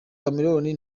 chameleone